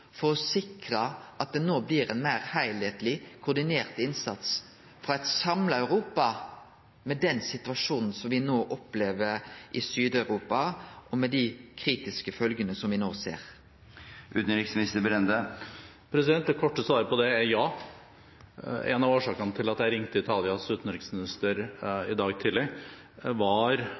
for å sikre at det no blir ein meir heilskapleg koordinert innsats frå eit samla Europa i den situasjonen som me no opplever i Sør-Europa, med dei kritiske følgjene som me no ser? Det korte svaret på det er ja. En av årsakene til at jeg ringte Italias utenriksminister i dag tidlig, var